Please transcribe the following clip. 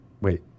Wait